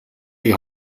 die